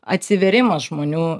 atsivėrimas žmonių